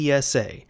PSA